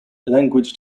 language